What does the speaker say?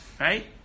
right